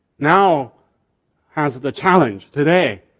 now has the challenge today,